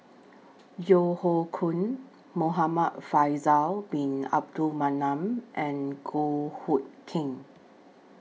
Yeo Hoe Koon Muhamad Faisal Bin Abdul Manap and Goh Hood Keng